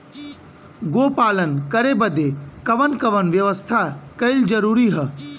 गोपालन करे बदे कवन कवन व्यवस्था कइल जरूरी ह?